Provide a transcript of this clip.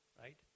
right